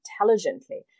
intelligently